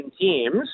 teams